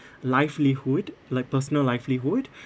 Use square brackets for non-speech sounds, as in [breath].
livelihood like personal livelihood [breath]